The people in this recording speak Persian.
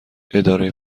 اداره